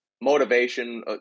motivation